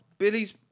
Billy's